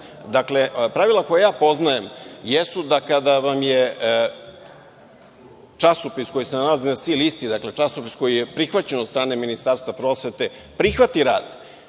pravila koja ja poznajem jesu da kada vam časopis, koji se nalazi na SCI listi, dakle, časopis koji je prihvaćen od strane Ministarstva prosvete, prihvati rad